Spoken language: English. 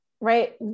right